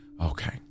okay